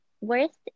worst